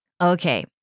Okay